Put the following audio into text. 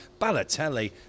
Balotelli